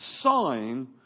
sign